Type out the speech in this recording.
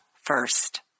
first